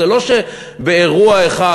זה לא שבאירוע אחד,